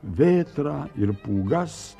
vėtrą ir pūgas